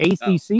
ACC